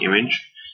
image